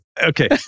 Okay